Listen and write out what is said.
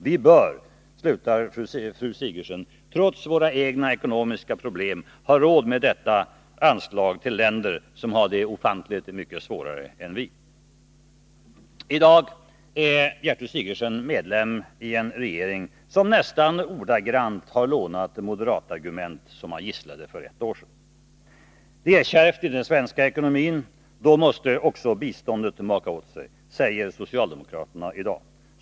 Vi bör, trots våra egna ekonomiska problem, ha råd med detta anslag till länder som har det ofantligt mycket svårare än vi.” I dag är Gertrud Sigurdsen medlem i en regering som nästan ordagrant har lånat de moderatargument man gisslade för ett år sedan. Det är kärvt i den svenska ekonomin, och då måste också biståndet maka åt sig, säger socialdemokraterna i dag.